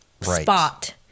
spot